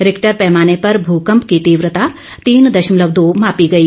Richter पैमाने पर भूकंप की तीव्रता तीन दशमलव दो मापी गई